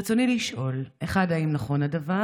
רצוני לשאול: 1. האם נכון הדבר?